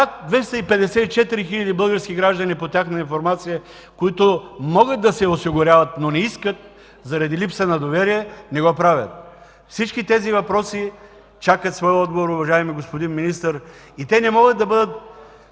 254 хиляди български граждани по тяхна информация, които могат да се осигуряват, но заради липса на доверие не го правят. Всички тези въпроси чакат своя отговор, уважаеми господин Министър. И те не могат да бъдат